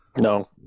No